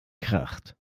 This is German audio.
kracht